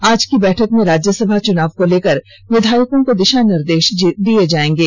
आज की बैठक में राज्यसभा चुनाव को लेकर विधायकों को दिशा निर्देश दिए जाएंगे